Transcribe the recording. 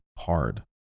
hard